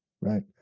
right